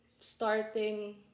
starting